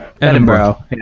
Edinburgh